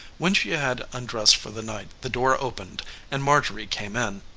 when she had undressed for the night the door opened and marjorie came in.